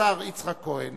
שהשר יצחק כהן